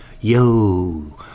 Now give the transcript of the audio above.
Yo